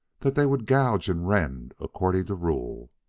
that they would gouge and rend according to rule.